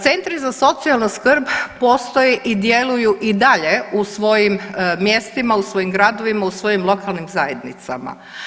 Centri za socijalnu skrb postoje i djeluju i dalje u svojim mjestima, u svojim gradovima, u svojim lokalnim zajednicama.